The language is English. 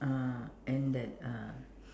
uh and that uh